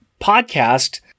podcast